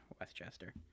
Westchester